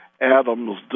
Adam's